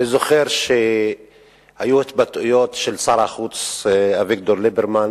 אני זוכר שהיו התבטאויות של שר החוץ אביגדור ליברמן